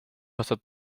aastat